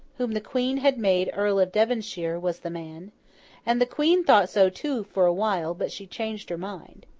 whom the queen had made earl of devonshire, was the man and the queen thought so too, for a while but she changed her mind.